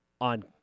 on